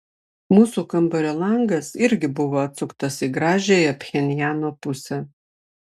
mūsų kambario langas irgi buvo atsuktas į gražiąją pchenjano pusę